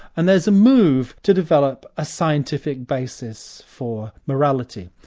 and there's a move to develop a scientific basis for morality.